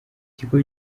kigo